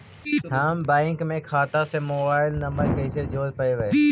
हम बैंक में खाता से मोबाईल नंबर कैसे जोड़ रोपबै?